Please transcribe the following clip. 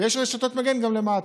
יש רשתות מגן גם למטה.